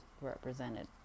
represented